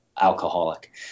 alcoholic